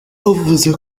bavuze